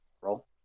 Roll